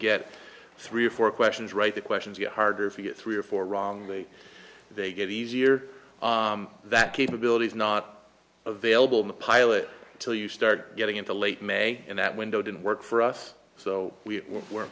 get three or four questions right the questions get harder if you get three or four wrong way they get easier that capability is not available in the pilot till you start getting into late may and that window didn't work for us so we weren't we're